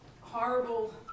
horrible